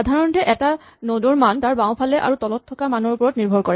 সাধাৰণতে এটা নড ৰ মান তাৰ বাওঁফালে আৰু তলত থকা মান ৰ ওপৰত নিৰ্ভৰ কৰে